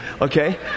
okay